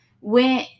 went